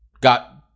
Got